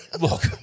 look